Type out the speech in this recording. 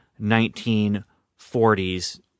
1940s